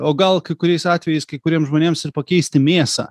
o gal kai kuriais atvejais kai kuriems žmonėms ir pakeisti mėsą